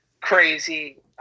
crazy